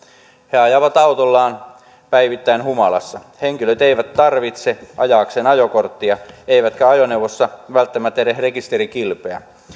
he ajavat autollaan päivittäin humalassa henkilöt eivät tarvitse ajaakseen ajokorttia eivätkä ajoneuvossa välttämättä edes rekisterikilpeä